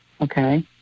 Okay